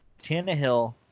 Tannehill